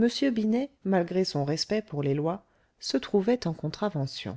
m binet malgré son respect pour les lois se trouvait en contravention